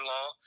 Law